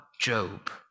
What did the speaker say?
Job